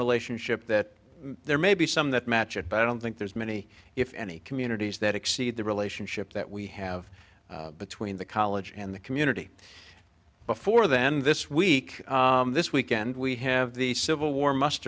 relationship that there may be some that match it but i don't think there's many if any communities that exceed the relationship that we have between the college and the community before then this week this weekend we have the civil war must